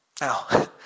Now